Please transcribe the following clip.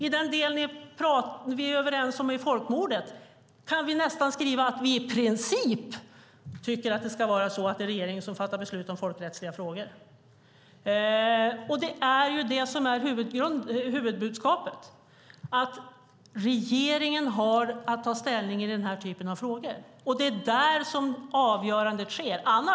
I den del vi är överens om folkmordet kan vi nästan skriva att vi i princip tycker att det ska vara regeringen som fattar beslut om folkrättsliga frågor. Det är det som är huvudbudskapet, att regeringen har att ta ställning i den här typen av frågor. Det är där som avgörandet sker.